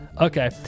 Okay